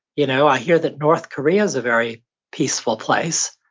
you know i hear that north korea is a very peaceful place,